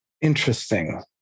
Interesting